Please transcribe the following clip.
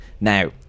Now